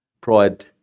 pride